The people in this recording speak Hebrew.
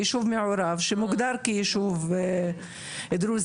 יישוב מעורב שמוגדר כיישוב דרוזי,